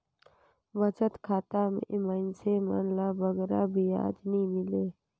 बचत खाता में मइनसे मन ल बगरा बियाज नी मिले